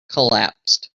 collapsed